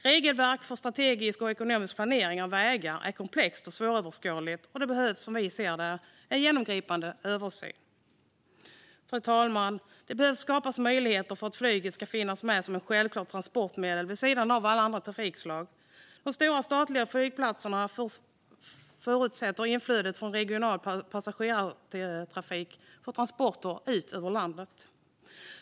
Regelverken för strategisk och ekonomisk planering av vägar är komplexa och svåröverskådliga. Det behövs som vi ser det en genomgripande översyn. Fru talman! Det behöver skapas möjligheter för att flyget ska finnas med som ett självklart transportmedel vid sidan av alla andra trafikslag. De stora statliga flygplatserna förutsätter inflödet från regional passagerartrafik för transport ut ur landet.